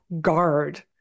guard